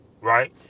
right